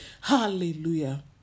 hallelujah